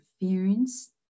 interference